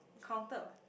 counted what